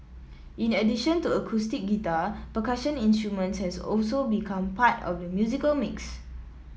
in addition to acoustic guitar percussion instruments has also become part of the musical mix